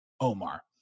omar